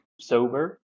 sober